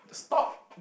stop